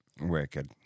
Wicked